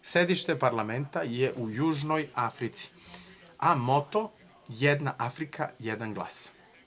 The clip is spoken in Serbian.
Sedište parlamenta je u Južnoj Africi, a moto – jedna Afrika, jedan glas.